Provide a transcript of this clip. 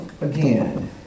again